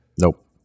Nope